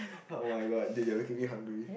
oh-my-god dude you're making me hungry